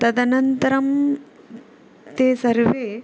तदनन्तरं ते सर्वे